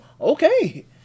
Okay